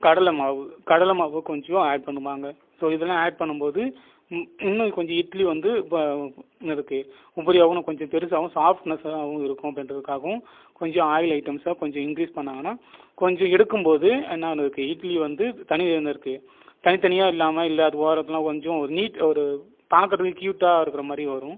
கடலைமாவு கடலை மாவை கொஞ்சம் ஆட் பண்ணுவாங்க ஸோ இதை எல்லாம் ஆட் பண்ணும் போது இன்னும் கொஞ்சம் இட்லி வந்து உபரியாகவும் கொஞ்சம் பெருசாகவும் சாஃப்ட்னஸ் ஆகும் இருப்பதற்காகவும் கொஞ்சம் ஆயில் ஐட்டம்ஸ் இன்க்ரீஸ் இது பண்ணாங்கன்னால் கொஞ்சம் எடுக்கும்போது இட்லி வந்து தனியாக தானே இருக்குது தனித்தனியாக எல்லாமே ஓரத்தில் எல்லாம் கொஞ்சம் ஒரு பார்க்குறதுக்கே கியூட்டாக இருக்க மாதிரி வரும்